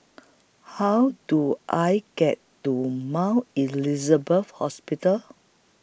How Do I get to Mount Elizabeth Hospital